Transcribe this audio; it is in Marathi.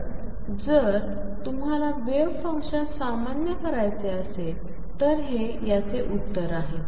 तर जर तुम्हाला वेव्ह फंक्शन सामान्य करायचे असेल तर हे याचे उत्तर आहे